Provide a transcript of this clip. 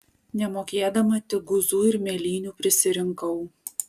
nemokėdama tik guzų ir mėlynių prisirinkau